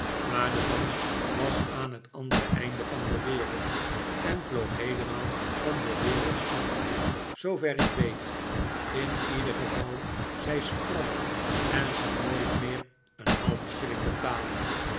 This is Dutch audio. maar de bank was aan het andere einde van de wereld en vloog heelemaal van de wereld af zoover ik weet j in ieder geval zij sprong en zal nooit meer een halven shilling betalen